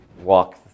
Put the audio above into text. walk